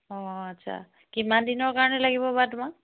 অঁ আচ্ছা কিমান দিনৰ কাৰণে লাগিব বা তোমাক